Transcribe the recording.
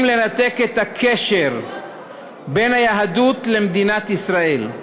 לנתק את הקשר בין היהדות למדינת ישראל,